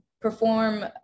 perform